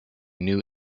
new